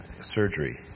surgery